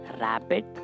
rabbit